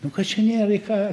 nu kad čia nėr į ką